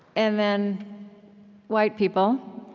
and then white people